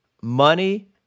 money